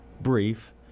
brief